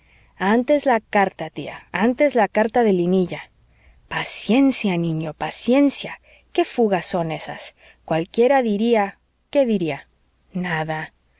antes la carta tía antes la carta de linilla paciencia niño paciencia qué fugas son esas cualquiera diría qué diría nada